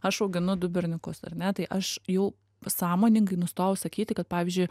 aš auginu du berniukus ar ne tai aš jau pasąmoningai nustojau sakyti kad pavyzdžiui